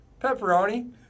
pepperoni